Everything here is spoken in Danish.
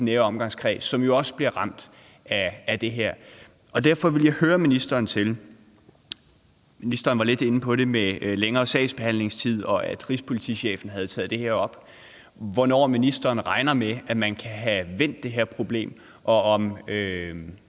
nære omgangskreds, som også bliver ramt af det her. Derfor vil jeg høre ministeren til – ministeren var lidt inde på det i forbindelse med længere sagsbehandlingstid, og at rigspolitichefen havde taget det her op – hvornår ministeren regner med, at man kan have vendt det her problem, og om